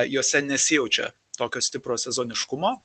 juose nesijaučia tokio stipro sezoniškumo